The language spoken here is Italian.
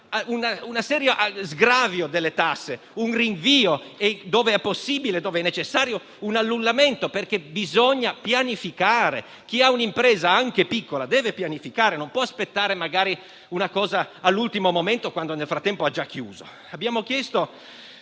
serio delle tasse, un rinvio e, dov'è possibile e necessario, un annullamento, perché bisogna pianificare: chi ha un'impresa, anche piccola, deve pianificare, non può aspettare una misura all'ultimo momento, quando nel frattempo ha già chiuso.